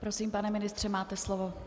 Prosím, pane ministře, máte slovo.